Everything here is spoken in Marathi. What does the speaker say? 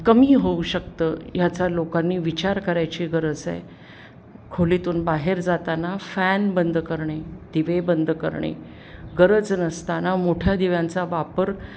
कमी होऊ शकतं ह्याचा लोकांनी विचार करायची गरज आहे खोलीतून बाहेर जाताना फॅन बंद करणे दिवे बंद करणे गरज नसताना मोठ्या दिव्यांचा वापर